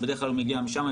הוא בדרך כלל מגיע משם,